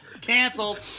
Canceled